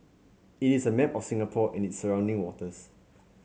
it is a map of Singapore and its surrounding waters